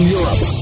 Europe